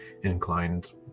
inclined